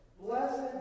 Blessed